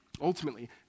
ultimately